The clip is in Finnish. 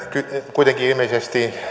kuitenkin ilmeisesti